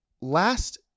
Last